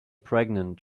pregnant